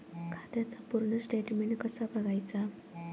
खात्याचा पूर्ण स्टेटमेट कसा बगायचा?